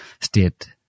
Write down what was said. state